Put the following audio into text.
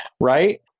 right